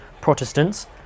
Protestants